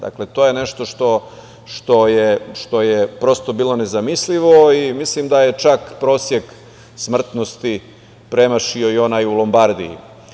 Dakle, to je nešto što je prosto bilo nezamislivo i mislim da je čak prosek smrtnosti premašio i onaj u Lombardiji.